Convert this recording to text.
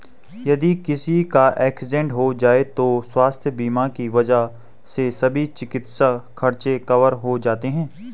यदि किसी का एक्सीडेंट हो जाए तो स्वास्थ्य बीमा की वजह से सभी चिकित्सा खर्च कवर हो जाते हैं